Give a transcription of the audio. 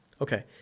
Okay